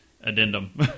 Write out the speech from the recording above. addendum